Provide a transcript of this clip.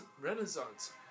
renaissance